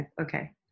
okay